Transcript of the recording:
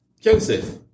Joseph